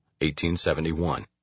1871